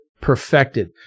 Perfected